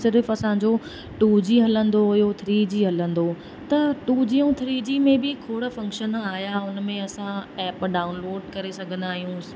सिर्फ़ु असांजो two G हलंदो हुयो थ्री जी हलंदो त टू जी ऐं थ्री जी में बि खोड़ फंक्शन आहियां उन में असां ऐप डाउनलोड करे सघंदा आहियूं